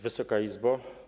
Wysoka Izbo!